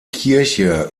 kirche